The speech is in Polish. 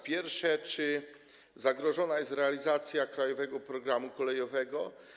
Pierwsze: Czy zagrożona jest realizacja „Krajowego programu kolejowego”